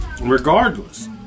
regardless